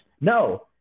No